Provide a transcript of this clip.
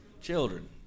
Children